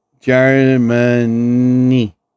Germany